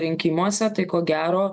rinkimuose tai ko gero